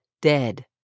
dead